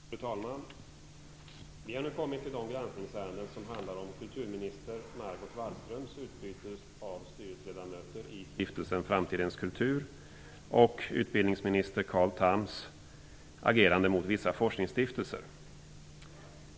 Fru talman! Vi har nu kommit till de granskningsärenden som handlar om kulturminister Margot Wallströms utbyte av styrelseledamöter i Stiftelsen framtidens kultur och utbildningsminister Carl Thams agerande mot vissa forskningsstiftelser.